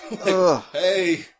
Hey